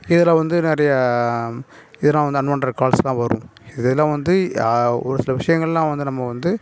இதில் வந்து நிறையா இதில் வந்து அன்வாண்டட் கால்ஸ்லாம் வரும் இதலாம் வந்து ஒரு சில விஷயங்கள்லாம் வந்து நம்ம வந்து